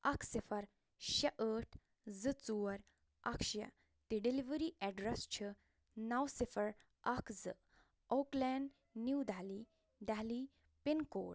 اکھ صفر شےٚ ٲٹھ زٕ ژور اکھ شےٚ تہٕ ڈیٚلؤری ایٚڈرس چھُ نَو صفر اکھ زٕ Oak Lane New Delhi Delhi pin code